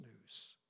news